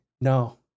No